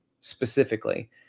specifically